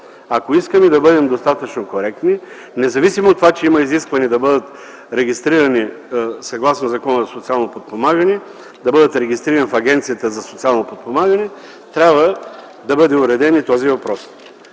Ако искаме да бъдем достатъчно коректни, независимо от това, че има изискване да бъдат регистрирани, съгласно Закона за социално подпомагане да бъдат регистрирани в Агенцията за социално подпомагане, трябва да бъде уреден и този въпрос.